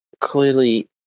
clearly